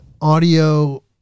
audio